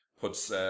puts